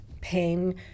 pain